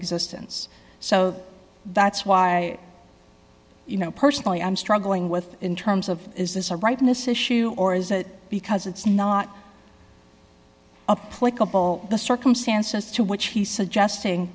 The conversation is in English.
existence so that's why you know personally i'm struggling with in terms of is this a rightness issue or is it because it's not a play couple the circumstances to which he's suggesting